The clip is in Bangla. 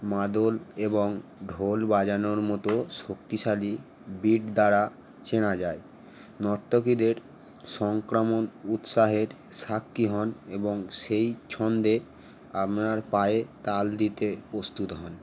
মাদোল এবং ঢোল বাজানোর মতো শক্তিশালী বেট দ্বারা চেনা যায় নর্তকীদের সংক্রামণ উৎসাহের সাক্ষী হন এবং সেই ছন্দে আপনার পায়ে তাল দিতে প্রস্তুত হন